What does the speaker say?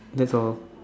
that's all